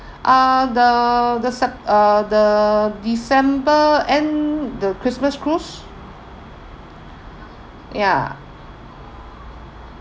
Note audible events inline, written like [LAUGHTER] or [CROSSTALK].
[BREATH] ah the the sept~ uh the december end the christmas cruise ya